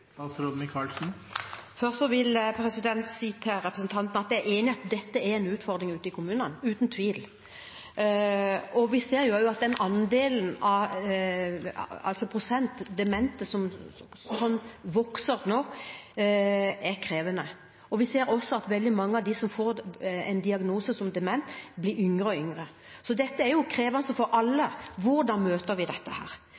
Først vil jeg si til representanten at jeg er enig i at dette er en utfordring ute i kommunene – uten tvil. Vi ser at prosentandelen demente, som vokser nå, er krevende. Vi ser også at veldig mange av dem som får en diagnose som dement, er yngre og yngre. Så dette er krevende for alle: Hvordan møter vi dette? Den eldre delen av befolkningen er en stor brukergruppe i omsorgstjenesten ute i kommunene, og